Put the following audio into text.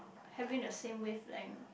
having the same wavelength ah